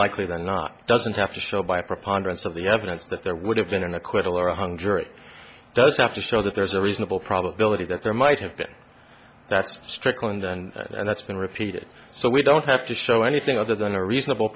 likely than not it doesn't have to show by a preponderance of the evidence that there would have been an acquittal or a hung jury does have to show that there's a reasonable probability that there might have been that's strickland and that's been repeated so we don't have to show anything other than a reasonable